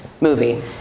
movie